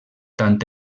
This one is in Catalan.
tant